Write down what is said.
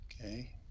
Okay